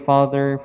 Father